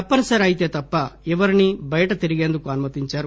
తప్పనిసరి అయితే తప్ప ఎవరినీ బయట తిరిగేందుకు అనుమతించరు